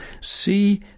see